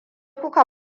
kuka